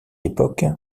époque